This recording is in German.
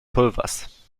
pulvers